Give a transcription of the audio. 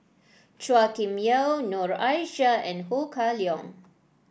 Chua Kim Yeow Noor Aishah and Ho Kah Leong